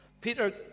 Peter